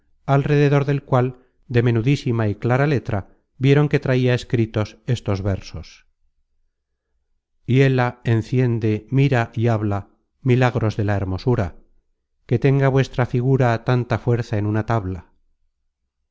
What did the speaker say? rededor del cual de menudísima y clara letra vieron que traia escritos estos versos content from google book search generated at hiela enciende mira y habla milagros de la hermosura que tenga vuestra figura tanta fuerza en una tabla